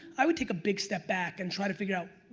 i would take a big step back and try to figure out,